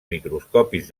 microscopis